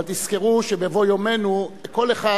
אבל תזכרו שבבוא יומנו, כל אחד,